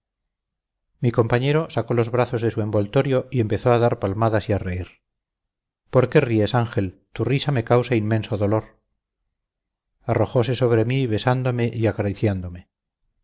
mi compañero sacó los brazos de su envoltorio y empezó a dar palmadas y a reír por qué ríes ángel tu risa me causa inmenso dolor arrojose sobre mí besándome y